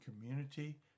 community